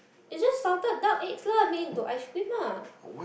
it's just salted duck eggs lah made into ice cream lah